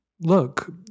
Look